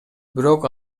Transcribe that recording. бирок